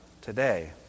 today